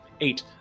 Eight